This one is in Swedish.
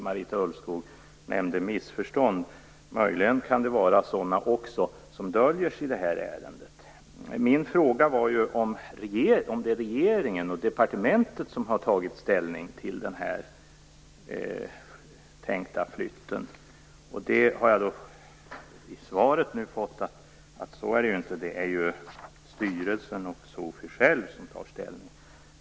Marita Ulvskog talade om missförstånd, och det kan möjligen också dölja sig sådana i det här ärendet. Min fråga var om det är regeringen och departementet som har tagit ställning till den tänkta flytten. I svaret har jag nu fått veta att så inte är fallet: Det är styrelsen för SOFI själv som tar ställning.